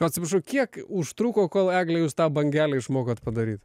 atsiprašau kiek užtruko kol egle jūs tą bangelę išmokot padaryt